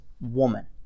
woman